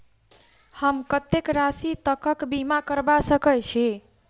हम कत्तेक राशि तकक बीमा करबा सकै छी?